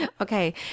Okay